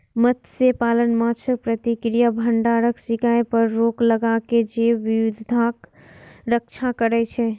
मत्स्यपालन माछक प्राकृतिक भंडारक शिकार पर रोक लगाके जैव विविधताक रक्षा करै छै